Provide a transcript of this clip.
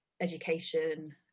education